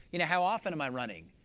you know how often am i running?